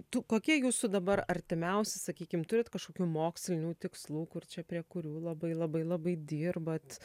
tu kokie jūsų dabar artimiausi sakykim turit kažkokių mokslinių tikslų kur čia prie kurių labai labai labai dirbat